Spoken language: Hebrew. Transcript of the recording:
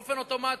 באופן אוטומטי.